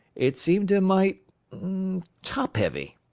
it seemed a mite top-heavy.